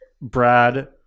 Brad